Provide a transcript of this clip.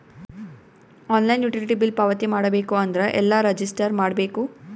Online utility bill ಪಾವತಿ ಮಾಡಬೇಕು ಅಂದ್ರ ಎಲ್ಲ ರಜಿಸ್ಟರ್ ಮಾಡ್ಬೇಕು?